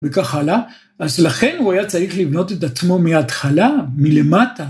וכך הלאה, אז לכן הוא היה צריך לבנות את עצמו מההתחלה, מלמטה.